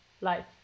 life